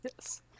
Yes